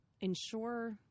ensure